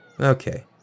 Okay